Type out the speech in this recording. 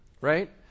right